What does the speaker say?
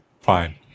fine